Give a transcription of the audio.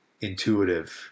intuitive